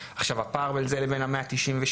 הפער בין זה לבין ה-192,